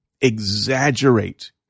exaggerate